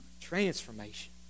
transformation